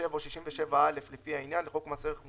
מה שאתם אומרים זה כרגע לגבי הלא נזילות.